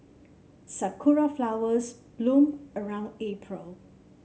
sakura flowers bloom around April